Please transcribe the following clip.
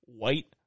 white